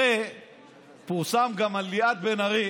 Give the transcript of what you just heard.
הרי פורסם גם על ליאת בן-ארי,